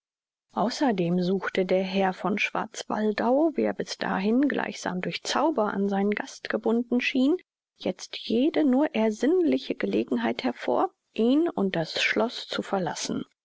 außerdem suchte der herr von schwarzwaldau wie er bis dahin gleichsam durch zauber an seinen gast gebunden schien jetzt jede nur ersinnliche gelegenheit hervor ihn und das schloß zu verlassen